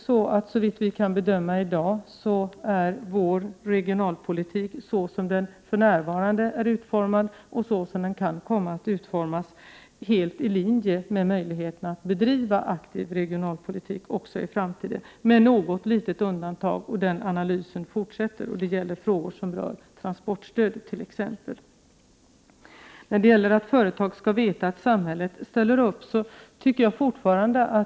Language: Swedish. Såvitt vi i dag kan bedöma är vår regionalpolitik, såsom den för närvarande är utformad och såsom den kan komma att utformas, helt i linje med möjligheterna att bedriva aktiv regionalpolitik också i framtiden, med något litet undantag. Analysen fortsätter och gäller bl.a. transportstödet. Företagen skall veta att samhället ställer upp, sägs det.